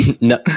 No